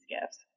gifts